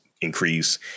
increase